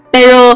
Pero